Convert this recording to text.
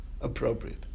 appropriate